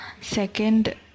Second